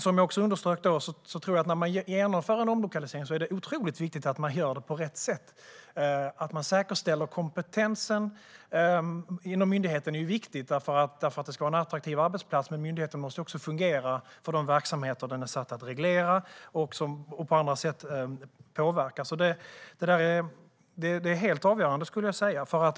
Som jag också underströk är det otroligt viktigt när man genomför en omlokalisering att det görs på rätt sätt. Att man säkerställer kompetensen inom myndigheten är viktigt för att det ska vara en attraktiv arbetsplats, men myndigheten måste också fungera för de verksamheter den är satt att reglera och påverka på andra sätt. Detta är helt avgörande.